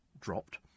dropped